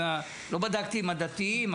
לא בדקתי עם הדתיים,